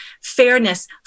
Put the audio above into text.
fairness